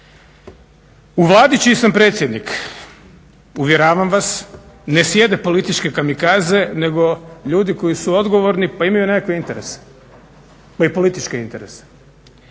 U Vladi čiji sam predsjednik uvjeravam vas ne sjede političke kamikaze, nego ljudi koji su odgovorni pa imaju nekakve interese, imaju političke interese.